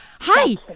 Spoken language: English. Hi